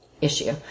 issue